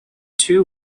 two